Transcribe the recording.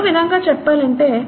మరో విధంగా చెప్పాలి అంటే